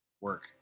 work